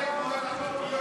השלג נוהר לקלפיות.